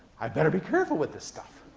i'd better be careful with this stuff.